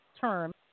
term